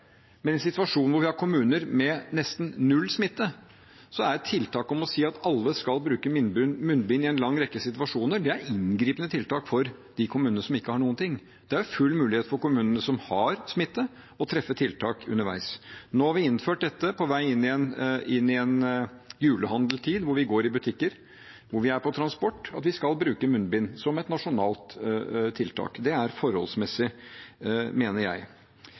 Men i en situasjon hvor vi har kommuner med nesten null smitte, er tiltaket å si at alle skal bruke munnbind i en lang rekke situasjoner, inngripende for de kommunene som ikke har noe smitte. Det er full mulighet for kommunene som har smitte, å treffe tiltak underveis. Nå har vi innført dette på vei inn i en julehandelstid hvor vi går i butikker, og hvor vi tar transport, at vi skal bruke munnbind som et nasjonalt tiltak. Det er forholdsmessig, mener jeg.